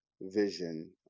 vision